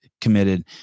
committed